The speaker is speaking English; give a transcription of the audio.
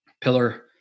pillar